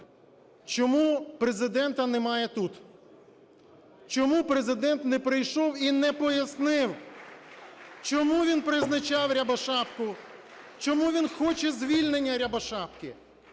чому Президента немає тут? Чому Президент не прийшов і не пояснив, чому він призначав Рябошапку? Чому він хоче звільнення Рябошапки?